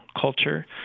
culture